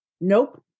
nope